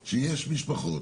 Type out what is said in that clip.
יש משפחות